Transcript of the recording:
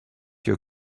your